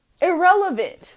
Irrelevant